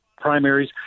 primaries